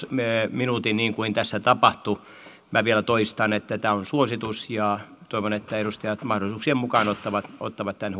minuutin niin kuin tässä tapahtui minä vielä toistan että tämä on suositus ja toivon että edustajat mahdollisuuksien mukaan ottavat ottavat tämän